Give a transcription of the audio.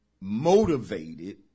motivated